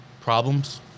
problems